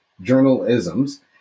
Journalism's